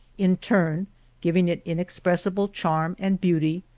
in turn giving it inexpressible charm and beauty,